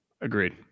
Agreed